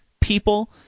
people